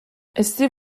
استیو